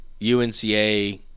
UNCA